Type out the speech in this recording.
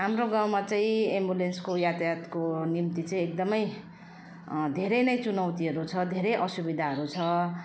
हाम्रो गाउँमा चैँ एम्बुलेन्सको यातायातको निम्ति चाहिँ एकदमै धेरै नै चुनौतीहरू छ धेरै असुविधाहरू छ